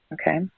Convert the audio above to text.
Okay